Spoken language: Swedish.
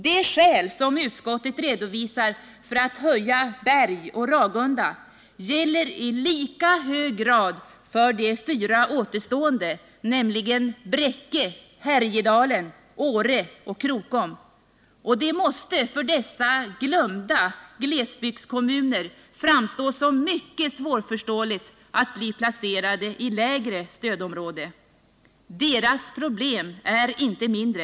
De skäl som utskottet redovisar för att höja Berg och Ragunda gäller i lika hög grad för de fyra återstående, nämligen Bräcke, Härjedalen, Åre och Krokom. Det måste för dessa ”glömda” glesbygdskommuner framstå som mycket svårförståeligt att bli placerade i lägre stödområde. Deras problem är inte mindre.